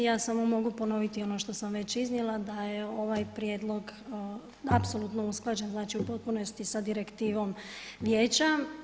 Ja samo mogu ponoviti ono što sam već iznijela da je ovaj prijedlog apsolutno usklađen znači u potpunosti sa direktivom Vijeća.